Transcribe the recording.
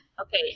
Okay